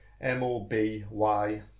M-O-B-Y